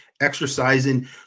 exercising